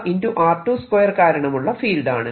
r2 2 കാരണമുള്ള field ആണ്